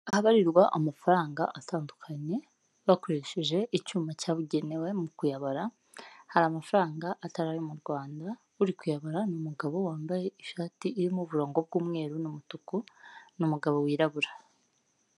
Ahabarirwa amafaranga atandukanye bakoresheje icyuma cyabugenewe mu kuyabara, hari amafaranga atari ayo mu Rwanda, uri kuyabara ni umugabo wambaye ishati irimo uburongo bw'umweru n'umutuku n'umugabo wirabura.